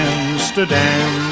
Amsterdam